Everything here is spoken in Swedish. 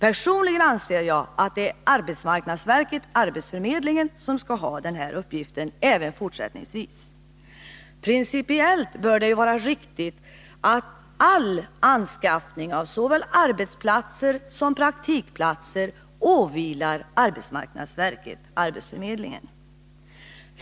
Personligen anser jag att det är arbetsmarknadsverket-arbetsförmedlingen som även fortsättningsvis skall ha den här uppgiften. Principiellt bör det ju vara riktigt att all anskaffning av såväl arbetsplatser som praktikplatser åvilar arbetsmarknadsverket-arbetsförmedlingen.